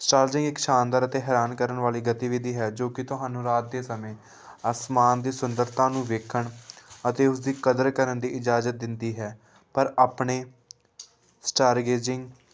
ਸਾਲਜ਼ੀ ਇੱਕ ਸ਼ਾਨਦਾਰ ਅਤੇ ਹੈਰਾਨ ਕਰਨ ਵਾਲੀ ਗਤੀਵਿਧੀ ਹੈ ਜੋ ਕਿ ਤੁਹਾਨੂੰ ਰਾਤ ਦੇ ਸਮੇਂ ਅਸਮਾਨ ਦੀ ਸੁੰਦਰਤਾ ਨੂੰ ਵੇਖਣ ਅਤੇ ਉਸਦੀ ਕਦਰ ਕਰਨ ਦੀ ਇਜਾਜ਼ਤ ਦਿੰਦੀ ਹੈ ਪਰ ਆਪਣੇ ਸਟਾਰਗੇਜ਼ਿੰਗ